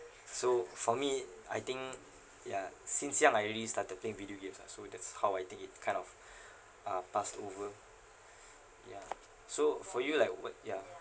so for me I think ya since young I already started playing video games ah so that's how I think it kind of uh passed over ya so for you like what ya